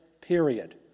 period